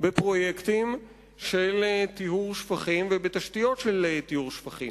בפרויקטים של טיהור שפכים ובתשתיות של טיהור שפכים.